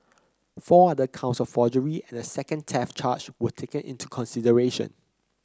four other counts of forgery and a second theft charge were taken into consideration